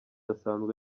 asanzwe